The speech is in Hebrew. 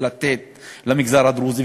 ולתת למגזר הדרוזי,